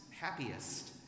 happiest